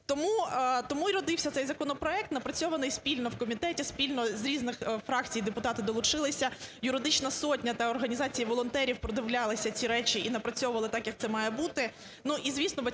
Тому й родився цей законопроект, напрацьований спільно в комітеті, спільно з різних фракцій депутати долучилися. "Юридична сотня" та організація волонтерів продивлялись ці речі і напрацьовували так, як це має бути.